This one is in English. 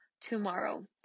tomorrow